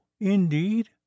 indeed